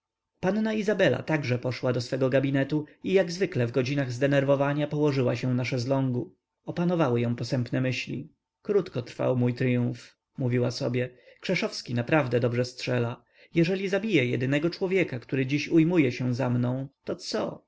panna izabela także poszła do swego gabinetu i jak zwykle w chwilach zdenerwowania położyła się na szeslągu opanowały ją posępne myśli krótko trwał mój tryumf mówiła sobie krzeszowski naprawdę dobrze strzela jeżeli zabije jedynego człowieka który dziś ujmuje się za mną to co